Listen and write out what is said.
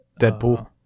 Deadpool